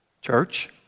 Church